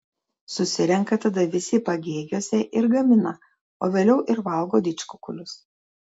susirenka tada visi pagėgiuose ir gamina o vėliau ir valgo didžkukulius